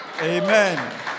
Amen